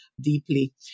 deeply